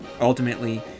Ultimately